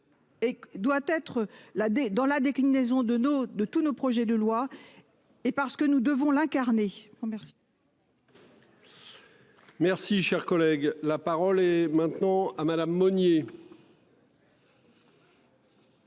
Et doit être là des dans la déclinaison de nos de tous nos projets de loi. Et parce que nous devons l'incarner commerciaux. Merci, cher collègue, la parole est maintenant à Madame Monnier.